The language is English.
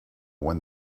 when